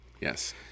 Yes